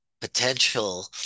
potential